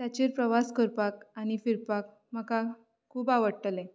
ताचेर प्रवास करपाक आनी फिरपाक म्हाका खूब आवडटले